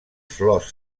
flors